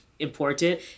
important